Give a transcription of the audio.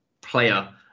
player